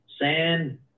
sand